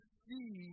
see